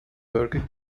burger